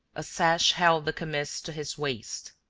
a sash held the kamis to his waist.